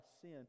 sin